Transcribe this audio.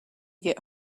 get